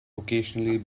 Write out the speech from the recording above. occasionally